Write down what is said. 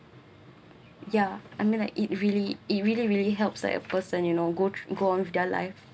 yeah I mean like it really it really really helps like a person you know go to go on with their life